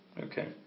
Okay